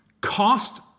cost